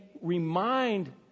remind